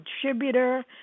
contributor